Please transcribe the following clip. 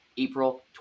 April